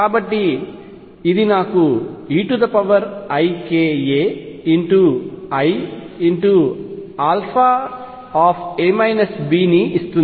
కాబట్టి ఇది eikaiα ఇస్తుంది